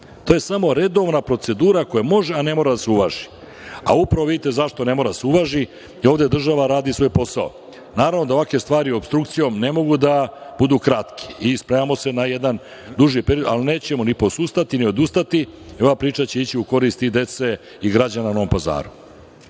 To je samo redovna procedura, koja može, a ne mora da se uvaži. Upravo vidite zašto ne mora da se uvaži, jer ovde država radi svoj posao. Naravno da ovakve stvari opstrukcijom ne mogu da budu kratke i spremamo se na jedan duži period, ali nećemo ni posustati ni odustati i ova priča će ići i u korist dece i građana Novog Pazara.